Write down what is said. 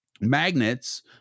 magnets